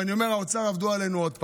ואני אומר: האוצר עבדו עלינו עוד פעם.